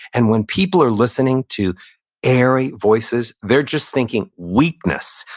and when people are listening to airy voices, they're just thinking weakness.